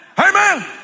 Amen